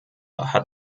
hat